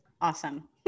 Awesome